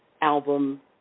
album